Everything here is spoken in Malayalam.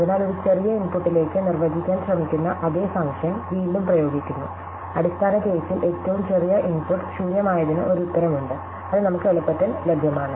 അതിനാൽഒരു ചെറിയ ഇൻപുട്ടിലേക്ക് നിർവചിക്കാൻ ശ്രമിക്കുന്ന അതേ ഫംഗ്ഷൻ വീണ്ടും പ്രയോഗിക്കുന്നു അടിസ്ഥാന കേസിൽ ഏറ്റവും ചെറിയ ഇൻപുട്ട് ശൂന്യമായതിനു ഒരു ഉത്തരം ഉണ്ട് അത് നമ്മുക്ക് എളുപ്പത്തിൽ ലഭ്യമാണ്